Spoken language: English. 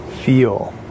feel